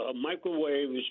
microwaves